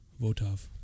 Votov